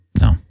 no